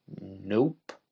Nope